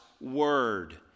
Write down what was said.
word